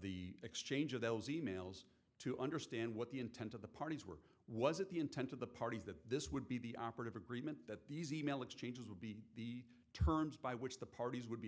the exchange of those e mails to understand what the intent of the parties were was it the intent of the parties that this would be the operative agreement that these e mail exchanges would be the terms by which the parties would be